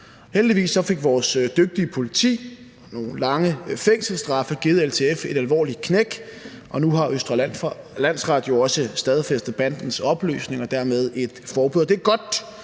Heldigvis fik vores dygtige politi og nogle lange fængselsstraffe givet LTF et alvorligt knæk, og nu har Østre Landsret jo også stadfæstet forbuddet mod banden og dermed bandens